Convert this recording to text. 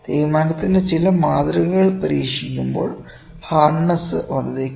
തേയ്മാനത്തിൻറെ ചില മാതൃകകൾ പരീക്ഷിക്കുമ്പോൾ ഹാർഡ്നെസ് വർദ്ധിക്കുന്നു